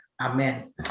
Amen